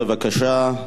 בבקשה.